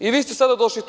I vi ste sada došli tu.